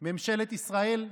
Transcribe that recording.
ממשלת ישראל?